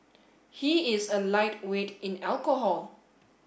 he is a lightweight in alcohol